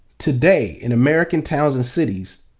today in american towns and cities,